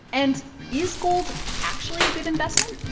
and is gold actually a good investment?